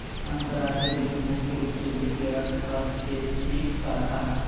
अंतर्राष्ट्रीय वित्त मुख्य रूप से वित्तीय अर्थशास्त्र के एक शाखा हय